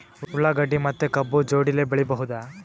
ಉಳ್ಳಾಗಡ್ಡಿ ಮತ್ತೆ ಕಬ್ಬು ಜೋಡಿಲೆ ಬೆಳಿ ಬಹುದಾ?